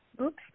Oops